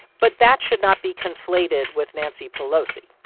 but that should not be conflated with nancy pelosi.